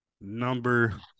number